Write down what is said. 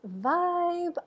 vibe